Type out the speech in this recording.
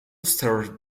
served